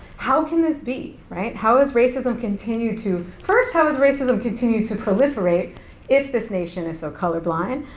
how can this be, right? how has racism continued to, first, how has racism continued to proliferate if this nation is so colorblind,